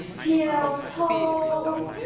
feel tall